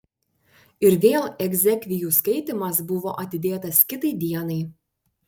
ir vėl egzekvijų skaitymas buvo atidėtas kitai dienai